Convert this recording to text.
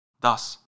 Thus